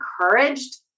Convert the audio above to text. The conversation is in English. encouraged